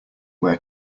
where